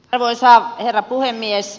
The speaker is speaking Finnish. arvoisa herra puhemies